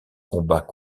combat